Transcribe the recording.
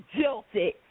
jilted